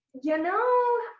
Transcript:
you know,